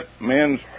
men's